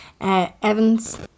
Evans